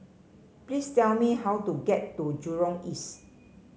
please tell me how to get to Jurong East